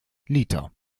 liter